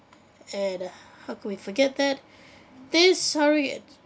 and uh how could we forget that this